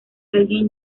alguien